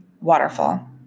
waterfall